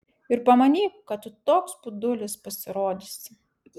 ir pamanyk kad tu toks budulis pasirodysi